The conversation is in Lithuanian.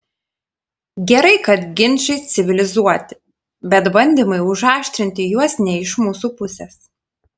gerai kad ginčai civilizuoti bet bandymai užaštrinti juos ne iš mūsų pusės